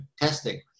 testing